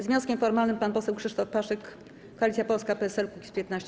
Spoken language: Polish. Z wnioskiem formalnym pan poseł Krzysztof Paszyk, Koalicja Polska - PSL - Kukiz15.